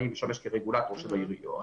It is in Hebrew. אני משמש כרגולטור של העיריות,